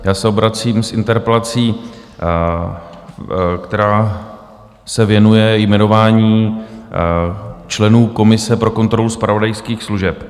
Já se obracím s interpelací, která se věnuje jmenování členů komise pro kontrolu zpravodajských služeb.